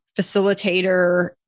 facilitator